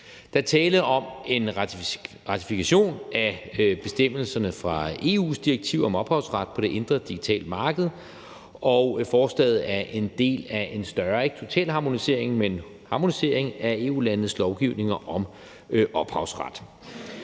Der er tale om en ratifikation af bestemmelserne fra EU's direktiv om ophavsret på det indre digitale marked, og forslaget er en del af en større ikke total harmonisering, men harmonisering af EU-landenes lovgivninger om ophavsret.